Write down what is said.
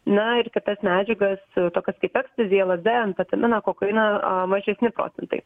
na ir kitas medžiagas tokias kaip ekstazį lsd amfetaminą kokainą mažesni procentai